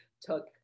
took